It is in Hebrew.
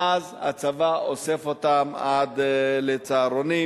ואז הצבא אוסף אותם עד ל"סהרונים"